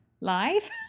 live